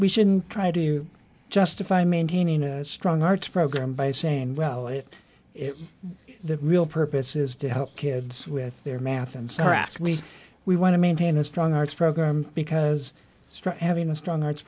we shouldn't try to justify maintaining a strong arts program by saying well it the real purpose is to help kids with their math and so rapidly we want to maintain a strong arts program because it's having a strong arts